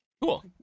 Cool